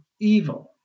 evil